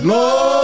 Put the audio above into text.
Lord